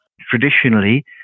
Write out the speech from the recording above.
Traditionally